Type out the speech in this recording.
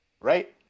Right